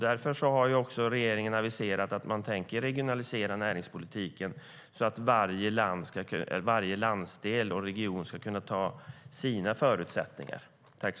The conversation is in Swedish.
Därför har regeringen aviserat att man tänker regionalisera näringspolitiken så att varje landsdel och region kan arbeta utifrån sina förutsättningar.